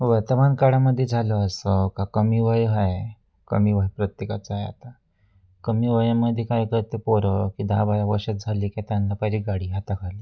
वर्तमानकाळामध्ये झालं असं का कमी वय आहे कमी वय प्रत्येकाचं आहे आता कमी वयामध्ये काय करतं पोरं की दहा बारा वर्षाचं झाली की त्यांना पाहिली गाडी हाता खाली